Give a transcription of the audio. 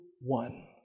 one